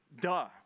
Duh